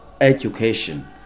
education